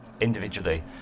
individually